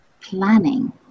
planning